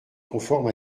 conforme